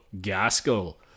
Gaskell